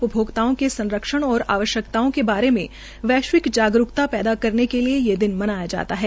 उपभोक्ता के संरक्षण और आवश्यकताओं के बारे में वैश्विक जागरूकता पैदा करने के लिये ये दिन मनाया जाता है